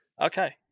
Okay